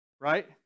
right